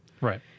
Right